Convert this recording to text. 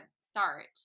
start